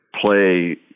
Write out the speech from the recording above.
play